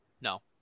no